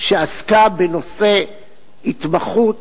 שעסקה בנושא ההתמחות